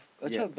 yeah